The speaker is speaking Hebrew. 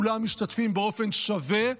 כולם משתתפים באופן שווה,